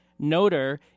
noter